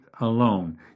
alone